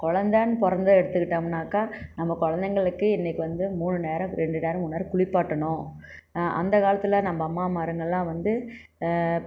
குழந்தன்னு பிறந்து எடுத்துக்கிட்டோம்னாக்கா நம்ம குழந்தைங்களுக்கு இன்னிக்கு வந்து மூணு நேரம் ரெண்டு நேரம் மூணு நேரம் இந்த மாதிரி குளிப்பாட்டணும் அந்த காலத்தில் நம்ம அம்மாமார்ங்கல்லாம் வந்து